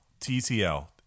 TCL